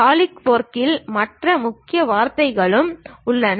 சாலிட்வொர்க்கில் மற்ற முக்கிய வார்த்தைகளும் உள்ளன